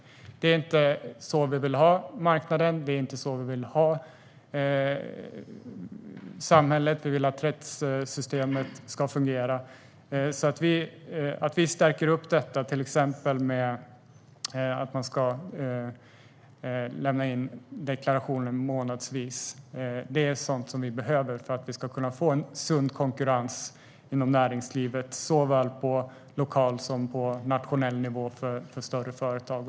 Det är inte så vi vill ha marknaden, och det är inte så vi vill ha samhället. Vi vill att rättssystemet ska fungera. Vi stärker detta till exempel genom att man ska lämna in deklarationen månadsvis, och det är sådant vi behöver för att vi ska kunna få en sund konkurrens inom näringslivet på såväl lokal som nationell nivå för större företag.